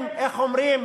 הם, איך אומרים,